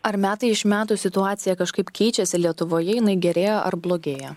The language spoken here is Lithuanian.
ar metai iš metų situacija kažkaip keičiasi lietuvoje jinai gerėja ar blogėja